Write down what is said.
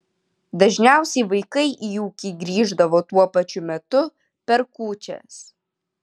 dažniausiai vaikai į ūkį grįždavo tuo pačiu metu per kūčias